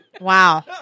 Wow